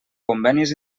convenis